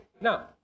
now